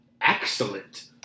excellent—